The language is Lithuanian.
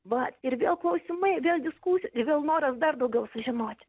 va ir vėl klausimai vėl diskusija ir vėl noras dar daugiau sužinoti